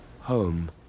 home